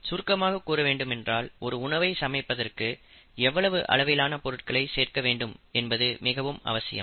சுருக்கமாக கூற வேண்டுமென்றால் ஒரு உணவை சமைப்பதற்கு எவ்வளவு அளவிலான பொருட்களை சேர்க்க வேண்டும் என்பது மிகவும் அவசியம்